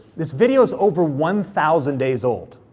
this video's over one thousand days old.